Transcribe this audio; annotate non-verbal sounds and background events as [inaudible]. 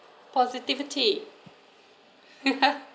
positivity [laughs]